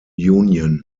union